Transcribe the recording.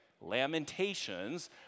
Lamentations